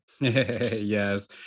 Yes